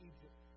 Egypt